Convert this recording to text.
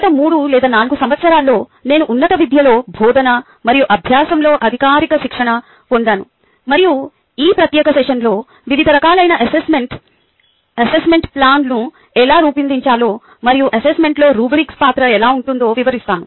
గత 3 లేదా 4 సంవత్సరాల్లో నేను ఉన్నత విద్యలో బోధన మరియు అభ్యాసంలో అధికారిక శిక్షణ పొందాను మరియు ఈ ప్రత్యేక సెషన్లో వివిధ రకాలైన అసెస్మెంట్ అసెస్మెంట్ ప్లాన్ను ఎలా రూపొందించాలో మరియు అసెస్మెంట్లో రుబ్రిక్స్ పాత్ర ఎలా ఉంటుందో వివరిస్తాను